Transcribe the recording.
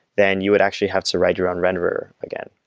then you would actually have to write your own renderer again.